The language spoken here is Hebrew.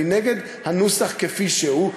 אני נגד הנוסח כפי שהוא.